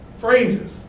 phrases